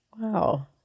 wow